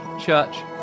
Church